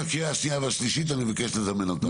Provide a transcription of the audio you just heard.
בין הקריאה השנייה והשלישית אני מבקש לזמן אותם.